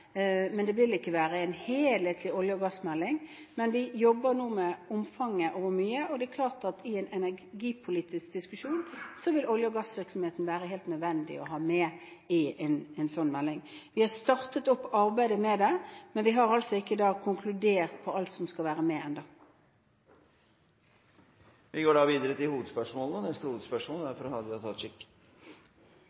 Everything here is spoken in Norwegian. men det vil ikke være en helhetlig olje- og gassmelding. Men vi jobber nå med omfanget og hvor mye, og det er klart at i en energipolitisk diskusjon vil olje- og gassvirksomheten være helt nødvendig å ha med i en sånn melding. Vi har startet opp arbeidet med det, men vi har altså ikke konkludert på alt som skal være med ennå. Vi går videre til neste hovedspørsmål.